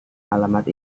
alamat